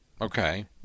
Okay